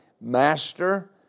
Master